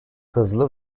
hızlı